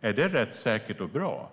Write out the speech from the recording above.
Är det rättssäkert och bra?